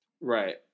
right